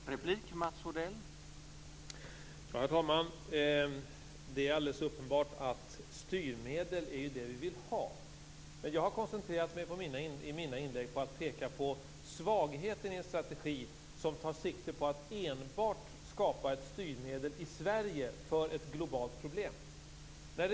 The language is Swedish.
Herr talman! Det är alldeles uppenbart att styrmedel är det vi vill ha. Jag har i mina inlägg koncentrerat mig på att peka på svagheten i en strategi som tar sikte på att enbart skapa ett styrmedel i Sverige för ett globalt problem.